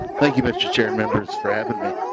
thank you mr. chair and members for having me.